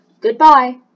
goodbye